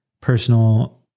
personal